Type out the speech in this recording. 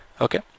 okay